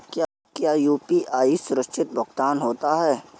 क्या यू.पी.आई सुरक्षित भुगतान होता है?